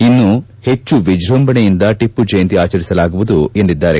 ಇನ್ನು ಹೆಚ್ಚು ವಿಜ್ಯಂಭಣೆಯಿಂದ ಟಿಪ್ಪು ಜಯಂತಿ ಆಚರಿಸಲಾಗುವುದು ಎಂದಿದ್ದಾರೆ